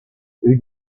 who